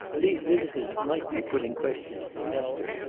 these visitors might be putting questions to test her,